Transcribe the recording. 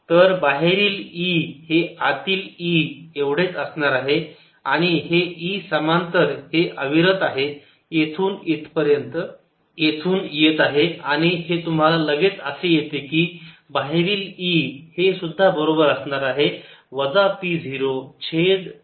तर बाहेरील E हे आतील E एवढेच असणार आहे आणि हे E समांतर हे अविरत आहे येथून येत आहे आणि हे तुम्हाला लगेच असे येते की बाहेरील E हेसुद्धा बरोबर असणार आहे वजा p 0 छेद 3 एपसिलोन 0 z